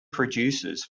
produces